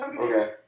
Okay